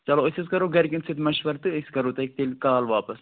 چلو أسۍ حظ کَرَو گَرِکٮ۪ن سۭتۍ مَشوَر تہٕ أسۍ کَرَو تۅہہِ تیٚلہِ کال واپَس